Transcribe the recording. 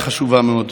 היא חשובה מאוד.